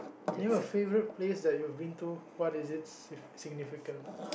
name a favourite place that you've been to what is it sig~ significant